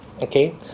Okay